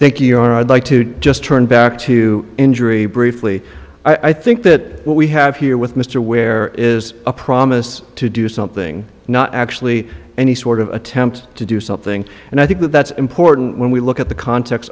thank you your honor i'd like to just turn back to injury briefly i think that what we have here with mr ware is a promise to do something not actually any sort of attempt to do something and i think that's important when we look at the context